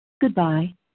Goodbye